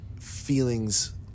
feelings